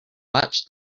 watch